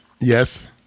Yes